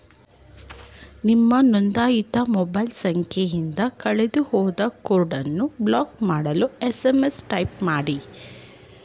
ನಿಮ್ಮ ನೊಂದಾಯಿತ ಮೊಬೈಲ್ ಸಂಖ್ಯೆಯಿಂದ ಕಳೆದುಹೋದ ಕಾರ್ಡನ್ನು ಬ್ಲಾಕ್ ಮಾಡಲು ಎಸ್.ಎಂ.ಎಸ್ ಟೈಪ್ ಮಾಡಿ